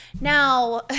Now